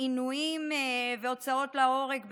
מעינויים והוצאות להורג בפומבי,